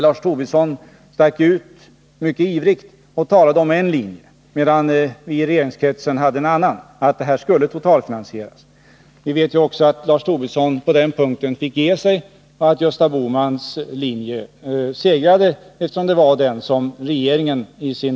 Lars Tobisson talade mycket ivrigt för att inte finansiera reformen medan vi i regeringskretsen hade uppfattningen att reformen skulle totalfinansieras. Vi vet också att Lars Tobisson på den punkten fick ge sig och att Gösta Bohmans linje segrade i moderata samlingspartiet.